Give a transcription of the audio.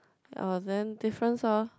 uh then difference lor